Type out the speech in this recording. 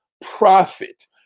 Profit